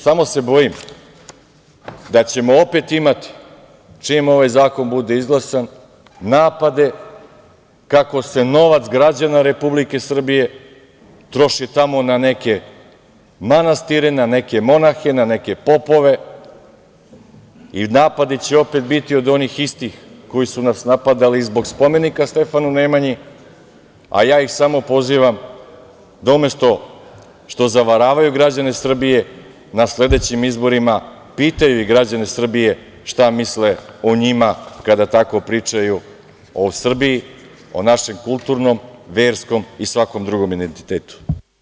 Samo se bojim da ćemo opet imati, čim ovaj zakon bude izglasan, napade kako se novac građana Republike Srbije troši tamo na neke manastire, na neke monahe, na neke popove i napadi će opet biti od onih istih koji su nas napadali i zbog spomenika Stefanu Nemanji, a ja ih samo pozivam da umesto što zavaravaju građane Srbije, na sledećim izborima pitaju građane Srbije šta misle o njima kada tako pričaju o Srbiji, o našem kulturnom, verskom i svakom drugom identitetu.